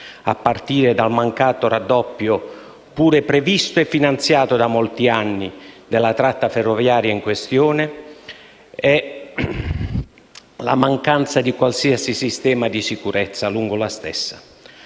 a partire dal mancato raddoppio - pure previsto e finanziato da molti anni - della tratta ferroviaria in questione e dalla mancanza di qualsiasi sistema di sicurezza lungo la stessa.